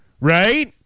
right